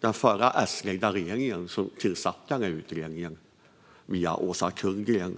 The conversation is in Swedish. den förra S-ledda regeringen som tillsatte denna utredning via Åsa Kullgren.